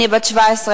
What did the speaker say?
אני בת 17,